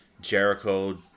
Jericho